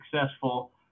successful